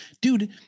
Dude